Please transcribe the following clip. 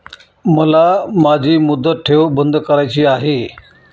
मला माझी मुदत ठेव बंद करायची आहे